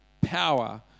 power